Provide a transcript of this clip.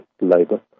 labour